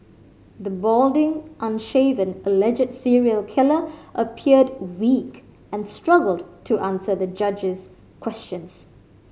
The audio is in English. the balding unshaven alleged serial killer appeared weak and struggled to answer the judge's questions